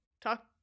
talk